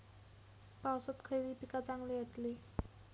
पावसात खयली पीका चांगली येतली?